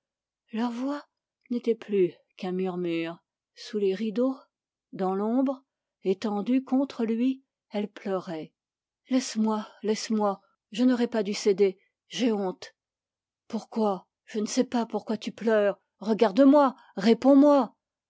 leurs voix n'étaient plus qu'un murmure sous les rideaux dans l'ombre étendue contre lui elle pleurait laisse-moi laisse-moi je n'aurais pas dû céder j'ai honte pourquoi je ne sais pas pourquoi tu pleures regarde-moi réponds-moi